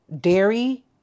dairy